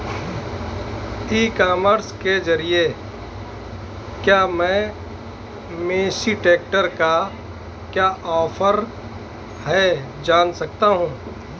ई commerce के ज़रिए क्या मैं मेसी ट्रैक्टर का क्या ऑफर है जान सकता हूँ?